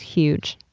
huge.